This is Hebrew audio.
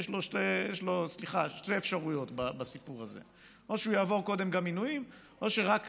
יש לו שתי אפשרויות בסיפור הזה: או שהוא יעבור קודם גם עינויים או שרק